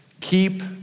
Keep